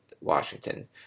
Washington